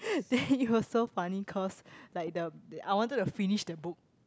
then it was so funny cause like the I wanted to finish the book